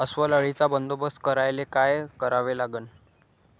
अस्वल अळीचा बंदोबस्त करायले काय करावे लागन?